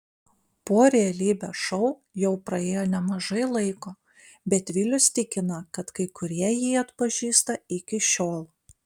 po realybės šou jau praėjo nemažai laiko bet vilius tikina kad kai kurie jį atpažįsta iki šiol